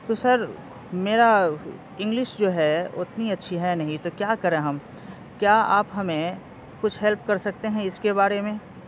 تو سر میرا انگلش جو ہے اتنی اچھی ہے نہیں تو کیا کریں ہم کیا آپ ہمیں کچھ ہیلپ کر سکتے ہیں اس کے بارے میں